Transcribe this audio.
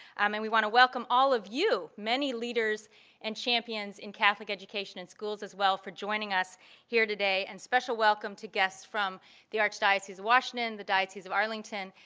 um and we want to welcome all of you, many leaders and champions in catholic education in schools as well for joining us here today. and special welcome to guests from the archdiocese of washington, the diocese of arlington,